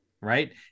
right